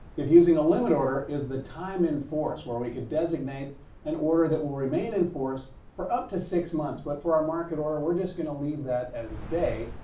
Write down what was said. if using a limit order, is the time-in-force where we could designate an order that will remain in force for up to six months. but for our market order, we're just going to leave that as day.